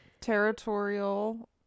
Territorial